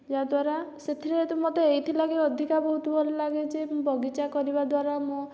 ଯାଦ୍ଵାରା ସେଥିରେ ତ ମୋତେ ଏଇଥିଲାଗି ଅଧିକା ବହୁତ ଭଲ ଲାଗେ ଯେ ବଗିଚା କରିବା ଦ୍ଵାରା ମୁଁ